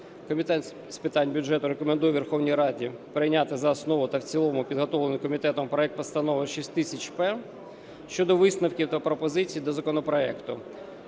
Комітет з питань бюджету рекомендує Верховній Раді прийняти за основу та в цілому підготовлений комітетом проект Постанови 6000-П щодо висновків та пропозицій законопроекту.